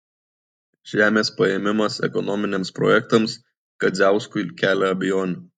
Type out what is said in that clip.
žemės paėmimas ekonominiams projektams kadziauskui kelia abejonių